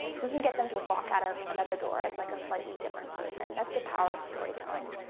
we can get them to walk out of another door, as like a slightly different person. that's the power of storytelling.